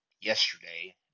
yesterday